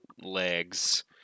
legs